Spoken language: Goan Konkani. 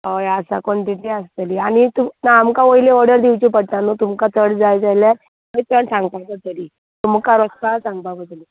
हय आसा कोंटिटी आसतली आनी एक तुमका आमकां पयलीं ऑर्डर दिवची पडटा नू तुमकां चड जाय जाल्यार ते सांगपा पडटली मुखार आसपा सांगपा पडटली